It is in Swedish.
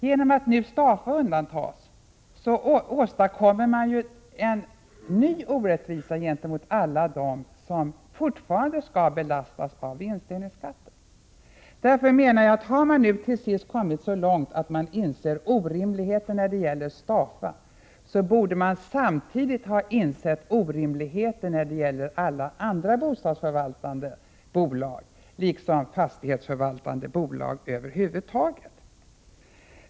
Genom att Stafa nu undantas åstadkommer man en ny orättvisa gentemot alla dem som fortfarande skall belastas av vinstdelningsskatten. Därför menar jag, att om man till sist har kommit så långt att man inser orimligheten när det gäller Stafa, borde man samtidigt ha insett orimligheten när det gäller alla de andra bostadsförvaltande bolagen, liksom fastighetsförvaltande bolag över huvud taget.